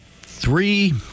three